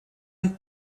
and